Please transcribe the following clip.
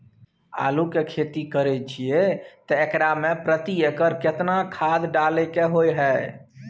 आलू के खेती करे छिये त एकरा मे प्रति एकर केतना खाद डालय के होय हय?